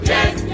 Yes